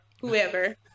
whoever